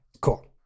cool